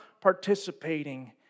participating